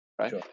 right